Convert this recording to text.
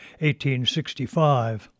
1865